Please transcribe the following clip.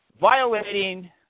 violating